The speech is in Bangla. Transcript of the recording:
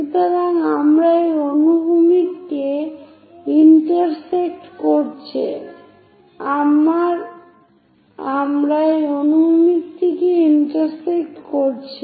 সুতরাং আমরা এই অনুভূমিককে ইন্টারসেক্ট করেছে